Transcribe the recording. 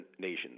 nations